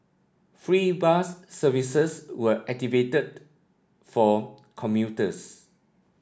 free bus services were activated for commuters